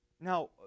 Now